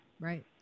right